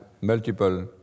multiple